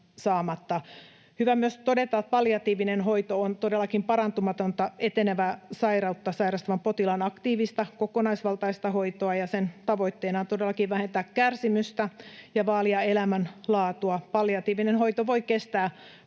hyvä myös todeta, että palliatiivinen hoito on todellakin parantumatonta etenevää sairautta sairastavan potilaan aktiivista, kokonaisvaltaista hoitoa. Sen tavoitteena on vähentää kärsimystä ja vaalia elämänlaatua. Palliatiivinen hoito voi kestää